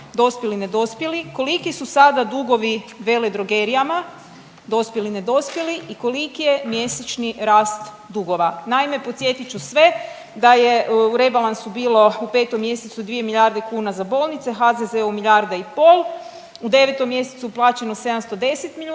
dospjeli, nedospjeli? Koliki su sada dugovi veledrogerijama dospjeli, nedospjeli i koliki je mjesečni rast dugova? Naime, podsjetit ću sve da je u rebalansu bilo u petom mjesecu 2 milijarde kuna za bolnice, HZZO-u milijarda i pol. U 9 mjesecu je uplaćeno 710 milijuna